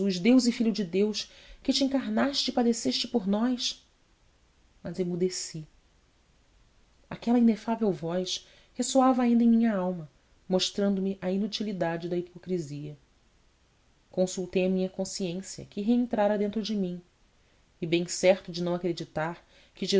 deus e filho de deus que te encarnaste e padeceste por nós mas emudeci aquela inefável voz ressoava ainda em minha alma mostrando me a inutilidade da hipocrisia consultei a minha consciência que reentrara dentro de mim e bem certo de não acreditar que